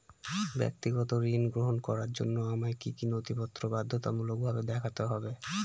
ব্যক্তিগত ঋণ গ্রহণ করার জন্য আমায় কি কী নথিপত্র বাধ্যতামূলকভাবে দেখাতে হবে?